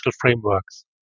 frameworks